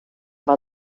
war